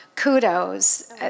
kudos